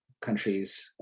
countries